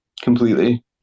completely